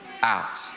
out